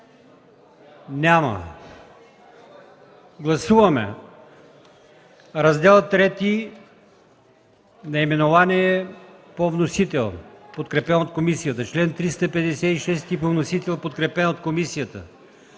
желаещи. Гласуваме Раздел ІІІ – наименование по вносител, подкрепен от комисията; чл. 356 – по вносител, подкрепен от комисията;